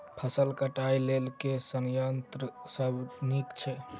फसल कटाई लेल केँ संयंत्र सब नीक छै?